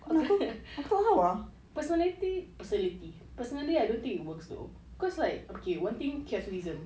personality personally I don't think it works though cause like okay one thing capitalism